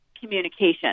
communication